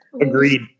Agreed